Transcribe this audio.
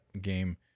game